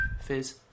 Fizz